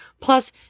Plus